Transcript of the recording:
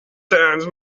sands